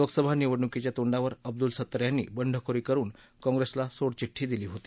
लोकसभा निवडणुकीच्या तोंडावर अब्दुल सत्तार यांनी बंडखोरी करून काँग्रेसला सोडचिठ्ठी दिली होती